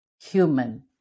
human